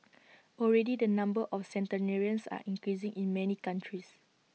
already the number of centenarians are increasing in many countries